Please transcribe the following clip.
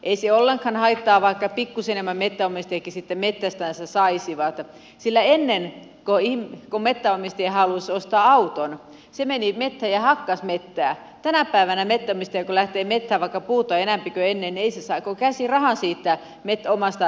ei se ollenkaan haittaa vaikka pikkuisen enemmän metsänomistajatkin sitten metsästänsä saisivat sillä ennen kun metsänomistaja halusi ostaa auton se meni metsään ja hakkasi metsää tänä päivänä metsänomistaja kun lähtee metsään vaikka puuta on enempi kuin ennen ei se saa kuin käsirahan siitä omasta metsästänsä